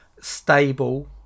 stable